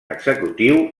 executiu